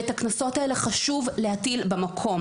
ואת הקנסות האלה חשוב להטיל במקום.